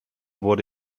wurde